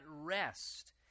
rest